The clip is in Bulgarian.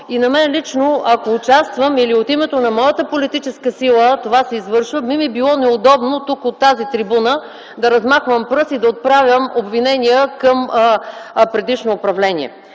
На мен лично, ако участвам, или ако от името на моята политическа сила това се извършва, би ми било неудобно тук, от тази трибуна, да размахван пръст и отправям обвинения към предишно управление.